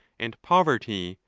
and poverty,